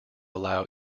allow